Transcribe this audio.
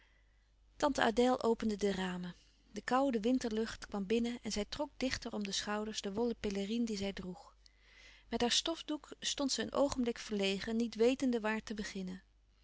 tante adèle opende de ramen de koude winterlucht kwam binnen en zij trok dichter om de schouders de wollen pelerine die zij droeg met haar stofdoek stond ze een oogenblik verlegen niet wetende waar te beginnen